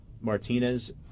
Martinez